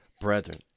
brethren